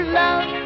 love